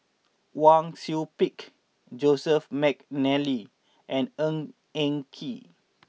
Wang Sui Pick Joseph McNally and Ng Eng Kee